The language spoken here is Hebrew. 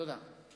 תודה.